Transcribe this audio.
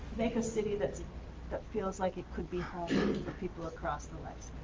make a city that that feels like it could be home for people across the lifespan?